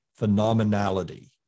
phenomenality